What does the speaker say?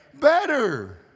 better